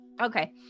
Okay